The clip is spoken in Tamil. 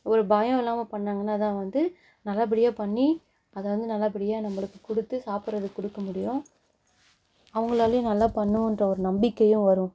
ஒரு பயம் இல்லாமல் பண்ணிணாங்கன்னாதான் வந்து நல்லபடியாக பண்ணி அதாவது நல்லபடியாக நம்மளுக்கு கொடுத்து சாப்பிட்றதுக்கு கொடுக்க முடியும் அவங்களாலயும் நல்லா பண்ணுவோகிற ஒரு நம்பிக்கையும் வரும்